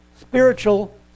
spiritual